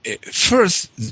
first